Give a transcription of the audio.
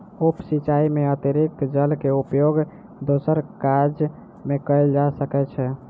उप सिचाई में अतरिक्त जल के उपयोग दोसर काज में कयल जा सकै छै